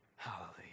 Hallelujah